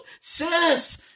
sis